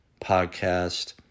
podcast